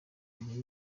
imbere